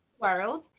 world